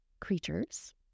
creatures